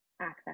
access